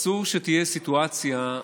אסור שתהיה סיטואציה,